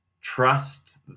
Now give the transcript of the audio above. trust